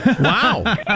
Wow